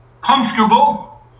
comfortable